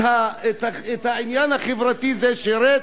את העניין החברתי זה שירת?